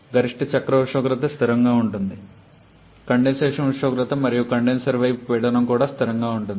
గరిష్ట చక్ర ఉష్ణోగ్రత స్థిరంగా ఉంటుంది కండెన్సేషన్ ఉష్ణోగ్రత లేదా కండెన్సర్ వైపు పీడనం కూడా స్థిరంగా ఉంటుంది